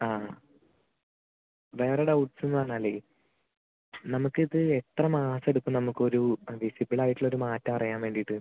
ആ വേറെ ഡൗട്ട്സ് എന്നു പറഞ്ഞാൽ നമ്മൾക്ക് ഇത് എത്ര മാസം എടുക്കും നമ്മൾക്ക് ഒരു വിസിബിൾ ആയിട്ടിള്ള ഒരു മാറ്റം അറിയാൻ വേണ്ടിയിട്ട്